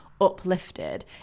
uplifted